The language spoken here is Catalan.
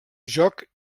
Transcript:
joc